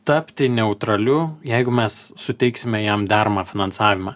tapti neutraliu jeigu mes suteiksime jam deramą finansavimą